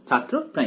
ছাত্র প্রাইম